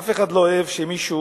אף אחד לא אוהב שמישהו